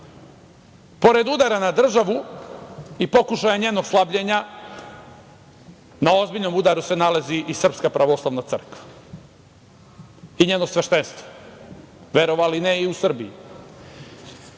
udara na državu i pokušaja njenog slabljenja, na ozbiljnom udaru se nalazi i Srpska pravoslavna crkva i njeno sveštenstvo, verovali ili ne, i u Srbiji.